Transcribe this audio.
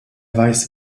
weiß